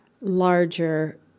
larger